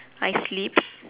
I sleep